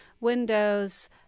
Windows